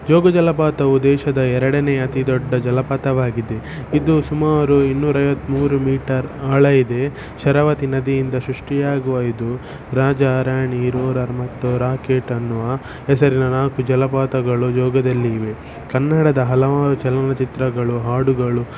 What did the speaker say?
ಜೋಗ ಜಲಪಾತವು ದೇಶದ ಎರಡನೇ ಅತಿ ದೊಡ್ಡ ಜಲಪಾತವಾಗಿದೆ ಇದು ಸುಮಾರು ಇನ್ನೂರ ಐವತ್ತ ಮೂರು ಮೀಟರ್ ಆಳ ಇದೆ ಶರಾವತಿ ನದಿಯಿಂದ ಸೃಷ್ಟಿಯಾಗುವ ಇದು ರಾಜ ರಾಣಿ ರೋರರ್ ಮತ್ತು ರಾಕೆಟ್ ಅನ್ನುವ ಹೆಸರಿನ ನಾಲ್ಕು ಜಲಪಾತಗಳು ಜೋಗದಲ್ಲಿವೆ ಕನ್ನಡದ ಹಲವಾರು ಚಲನಚಿತ್ರಗಳು ಹಾಡುಗಳು